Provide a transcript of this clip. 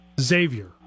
Xavier